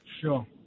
Sure